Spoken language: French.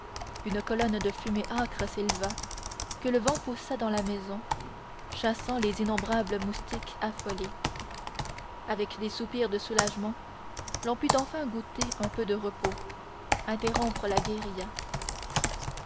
une colonne de fumée âcre s'éleva que le vent poussa dans la maison chassant les innombrables moustiques affolés avec des soupirs de soulagement l'on put enfin goûter un peu de repos interrompre la guérilla